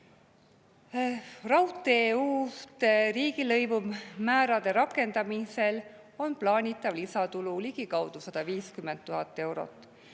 Raudtee uute riigilõivumäärade rakendamisel on plaanitav lisatulu ligikaudu 150 000 eurot.